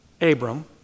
Abram